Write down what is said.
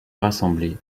rassemblée